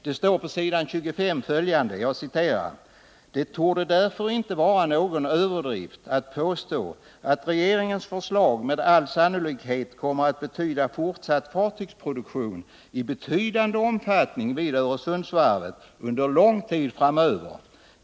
Det står på s. 14 följande: ”Det torde därför inte vara någon överdrift att påstå att regeringens förslag med all sannolikhet kommer att betyda fortsatt fartygsproduktion i betydande omfattning vid Öresundsvarvet under lång tid framöver.